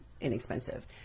inexpensive